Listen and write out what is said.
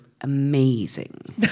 amazing